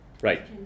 Right